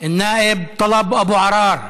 א-נאאב טלב אבו עראר,